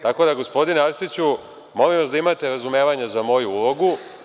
Tako da, gospodine Arsiću, molim vas da imate razumevanja za moju ulogu.